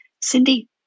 Cindy